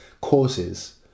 courses